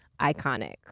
iconic